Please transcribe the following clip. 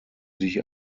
sich